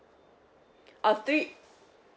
uh three